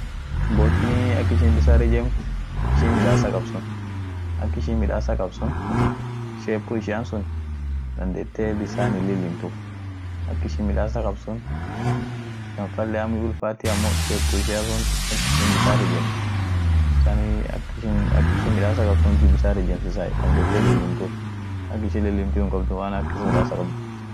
Woni sunii ak in huji midas mal isii mal bare bisaan woni lam fuuden bisaan bare it gagarbuusen woishin deela ama wonia diishia fuudeni iskuun duum dimbiibo suunt kayen. dimbiimbo sun chaafu hindogortie bisaan dabreni bisaan kulkuloan dabreni dumii chafun sun kashin sun woni suun kabe doorgai. bisan kulkulon hindabreni duum chafun irant haft.